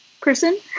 person